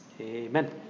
Amen